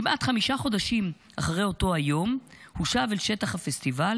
כמעט חמישה חודשים אחרי אותו היום הוא שב אל שטח הפסטיבל"